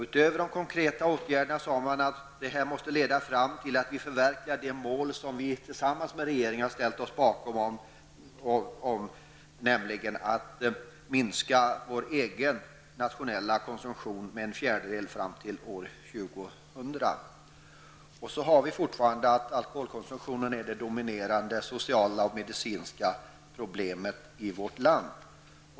Utöver de konkreta åtgärder som man ville vidta sade man också att de måste leda fram till ett förverkligande av de mål som man tillsammans med regeringen hade ställt sig bakom, nämligen att minska den nationella konsumtionen med en fjärdedel fram till år 2000. Alkoholkonsumtionen är fortfarande det dominerande sociala och medicinska problemet i vårt land.